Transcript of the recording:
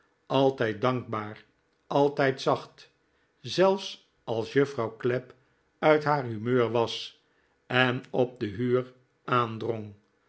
altijd dankbaar altijd zacht zelfs als juffrouw clapp uit haar humeur was en op de huur aandrong